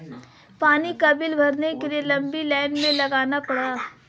पानी का बिल भरने के लिए लंबी लाईन में लगना पड़ा